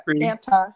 anti